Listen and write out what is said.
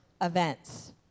events